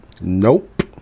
Nope